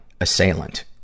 assailant